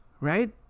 right